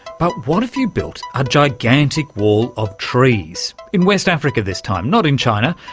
but what if you built a gigantic wall of trees, in west africa this time, not in china,